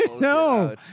No